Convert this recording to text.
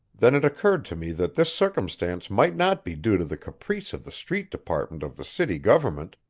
then it occurred to me that this circumstance might not be due to the caprice of the street department of the city government,